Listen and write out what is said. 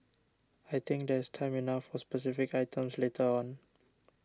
I think there's time enough for specific items later on